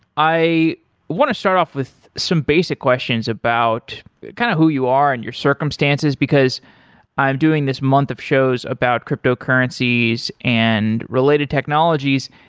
i want to start off with some basic questions about kind of who you are and your circumstances, because i am doing this month of shows about cryptocurrencies and related technologies.